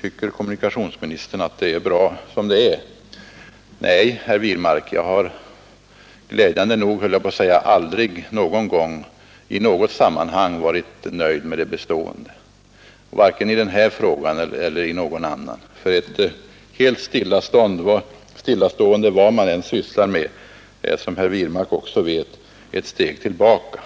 Tycker kommunikationsministern att det är bra som det är? Nej, herr Wirmark, jag har — glädjande nog, höll jag på att säga — aldrig någon gång i något sammanhang varit nöjd med det bestående, vare sig i den här frågan eller i någon annan. Ett helt stillastående, vad man än sysslar med, är — som herr Wirmark också vet — ett steg tillbaka.